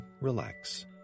relax